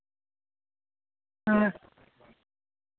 हां